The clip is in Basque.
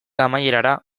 amaierara